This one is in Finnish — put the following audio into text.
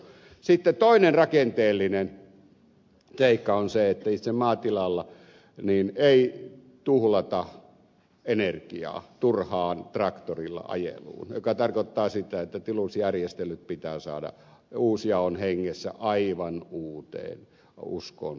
sitten toinen rakenteellinen seikka on se että itse maatilalla ei tuhlata energiaa turhaan traktorilla ajeluun mikä tarkoittaa sitä että tilusjärjestelyt pitää saada uusjaon hengessä aivan uuteen uskoon